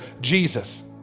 Jesus